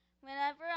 Whenever